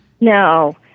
No